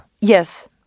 Yes